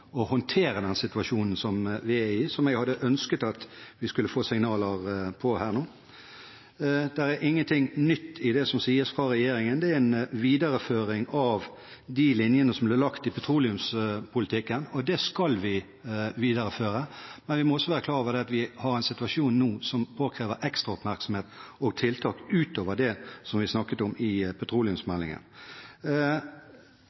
å håndtere den situasjonen som vi er i. Det hadde jeg ønsket at vi skulle få signaler på her nå. Det er ingenting nytt i det som sies fra regjeringen, det er en videreføring av de linjene som ble lagt i petroleumspolitikken, og dem skal vi videreføre. Men vi må også være klar over at vi har en situasjon nå som påkrever ekstra oppmerksomhet og tiltak utover det som vi snakket om i